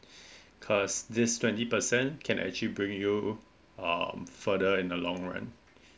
cause this twenty percent can actually bring you um further in the long run